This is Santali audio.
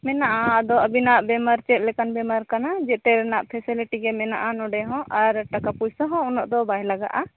ᱢᱮᱱᱟᱜᱼᱟ ᱟᱫᱚ ᱟᱵᱚᱱᱟᱜ ᱵᱮᱢᱟᱨ ᱪᱮᱫ ᱞᱮᱠᱟᱱ ᱵᱮᱢᱟᱨ ᱠᱟᱱᱟ ᱡᱮᱛᱮ ᱞᱮᱠᱟᱱᱟᱜ ᱯᱷᱮᱥᱮᱞᱮᱴᱤ ᱜᱮ ᱢᱮᱱᱟᱜᱼᱟ ᱱᱚᱰᱮ ᱦᱚᱸ ᱟᱨ ᱴᱟᱠᱟ ᱯᱩᱭᱥᱟᱹ ᱦᱚᱸ ᱩᱱᱟᱹᱜ ᱫᱚ ᱵᱟᱭ ᱞᱟᱜᱟᱜᱼᱟ